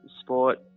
sport